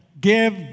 give